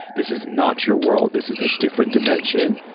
this is not your world. this is a different dimension.